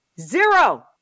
Zero